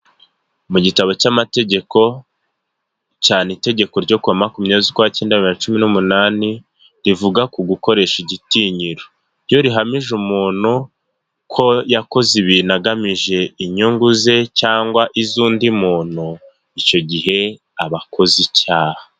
Mu gitabo cy'amategeko cyane itegeko ryo ku wa makumyabiri z'ukwa cyenda bibiri na cumi n'umunani rivuga ku gukoresha igitinyiro, iyo rihamije umuntu ko yakoze ibintu agamije inyungu ze cyangwa iz'undi muntu, icyo gihe aba akoze icyaha.